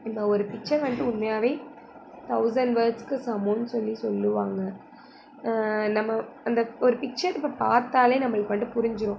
இப்போ ஒரு பிக்ச்சர் வந்துட்டு உண்மையாகவே தௌசண்ட் வேர்ட்ஸ்க்கு சமம்னு சொல்லி சொல்லுவாங்க நம்ம அந்த ஒரு பிக்ச்சர் இப்போ பார்த்தாலே நம்மளுக்கு வந்துட்டு புரிஞ்சுரும்